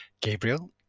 Gabriel